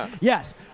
yes